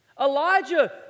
Elijah